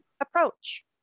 approach